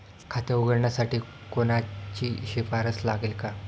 खाते उघडण्यासाठी कोणाची शिफारस लागेल का?